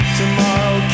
tomorrow